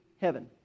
heaven